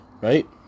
right